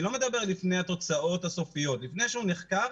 אני לא מדבר על לפני התוצאות הסופיות אלא לפני שהוא נחקר,